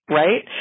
right